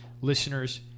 listeners